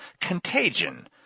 contagion